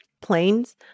planes